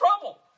trouble